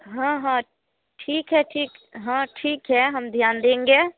हाँ हाँ ठीक है ठीक हाँ ठीक है हम ध्यान देंगे